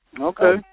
Okay